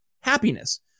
happiness